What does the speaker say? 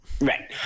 Right